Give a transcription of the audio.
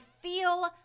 feel